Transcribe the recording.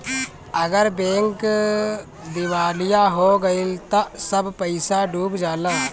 अगर बैंक दिवालिया हो गइल त सब पईसा डूब जाला